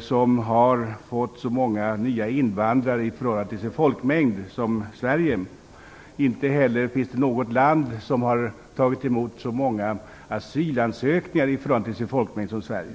som har fått så många nya invandrare i förhållande till folkmängden som Sverige. Inte heller finns det något land som har tagit emot så många asylansökningar i förhållande till sin folkmängd som Sverige.